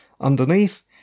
underneath